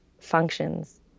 functions